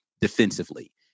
defensively